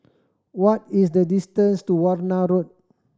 what is the distance to Warna Road